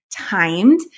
timed